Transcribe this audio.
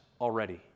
already